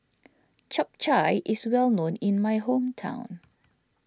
Chap Chai is well known in my hometown